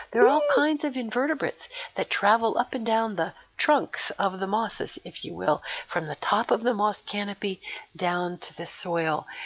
there are all kinds of invertebrates that travel up and down the trunks of the mosses, if you will, from the top of the moss canopy down to the soil.